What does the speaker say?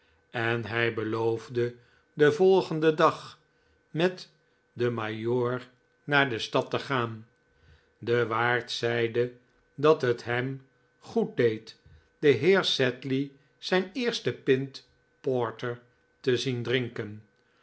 en hij beloofde den volgenden dag met den majoor naar de stad te gaan de waard zeide dat het hem goed deed den heer sedley zijn eerste pint porter te zien drinken